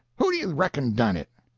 who do you reckon done it?